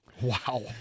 Wow